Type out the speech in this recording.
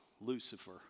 Lucifer